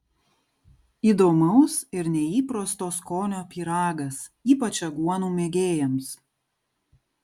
įdomaus ir neįprasto skonio pyragas ypač aguonų mėgėjams